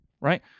Right